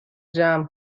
جمع